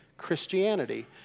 Christianity